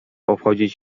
obchodzić